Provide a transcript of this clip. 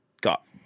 got